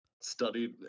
studied